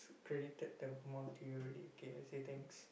credited the amount to you already okay I say thanks